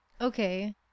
Okay